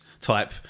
type